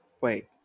Wait